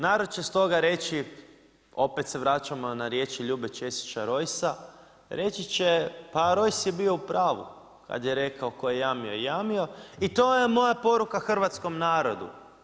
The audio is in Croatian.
Narod će stoga reći, opet se vraćamo na riječi Ljube Česića Rojsa, reći će pa Rojs je bio u pravu, kad je rekao, tko je jamio je jamio i to je moja poruka Hrvatskom narodu.